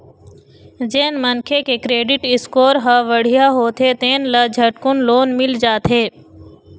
जेन मनखे के क्रेडिट स्कोर ह बड़िहा होथे तेन ल झटकुन लोन मिल जाथे